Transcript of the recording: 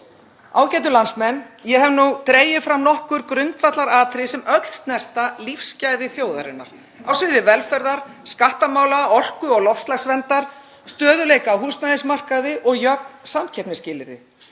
Ágætu landsmenn. Ég hef dregið fram nokkur grundvallaratriði sem öll snerta lífsgæði þjóðarinnar, á sviði velferðar- og skattamála, orku- og loftslagsverndar, stöðugleika á húsnæðismarkaði og jafnra samkeppnisskilyrða.